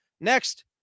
Next